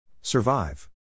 Survive